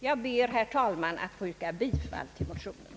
Jag ber, herr talman, att få yrka bifall till motionen.